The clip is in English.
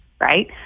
Right